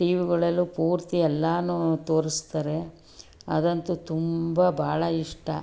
ಟಿವಿಗಳಲ್ಲೂ ಪೂರ್ತಿ ಎಲ್ಲನೂ ತೋರಿಸ್ತಾರೆ ಅದಂತೂ ತುಂಬ ಭಾಳ ಇಷ್ಟ